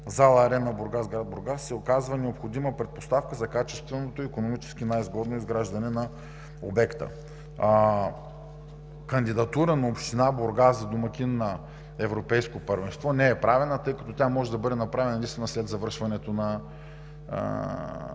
зала „Арена“ – Бургас, град Бургас, се оказва необходима предпоставка за качественото и икономически най-изгодно изграждане на обекта. Кандидатура на община Бургас за домакин на европейско първенство не е правена, тъй като тя може да бъде направена наистина след завършването на